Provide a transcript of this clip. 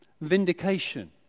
Vindication